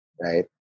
right